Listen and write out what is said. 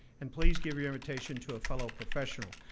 and please give your invitation to a fellow professional.